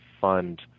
fund